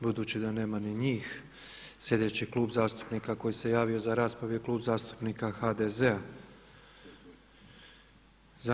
Budući da nema ni njih sljedeći klub zastupnika koji se javio za raspravu je Klub zastupnika HDZ-a.